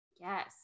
yes